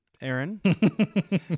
Aaron